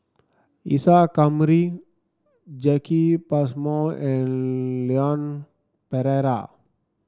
Isa Kamari Jacki Passmore and Leon Perera